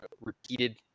repeated